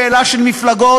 שאלה של מפלגות,